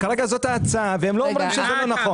כרגע זאת ההצעה והם לא אומרים שזה לא נכון.